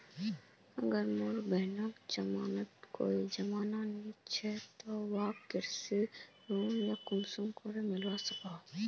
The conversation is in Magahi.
अगर मोर बहिनेर लिकी कोई जमानत या जमानत नि छे ते वाहक कृषि ऋण कुंसम करे मिलवा सको हो?